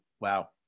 wow